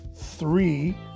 three